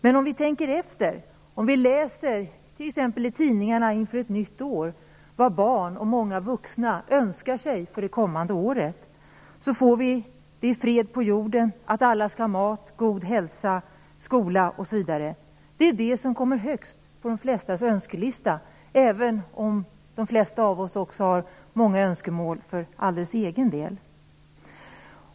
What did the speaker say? Men om man tänker efter och läser vad barn och många önskar sig inför ett nytt år handlar det om fred på jorden, att alla skall få mat, god hälsa, går i skola osv. Det är detta som kommer högst på de flestas önskelista, även om många också har önskemål för egen del.